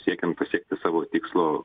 siekiant pasiekti savo tikslo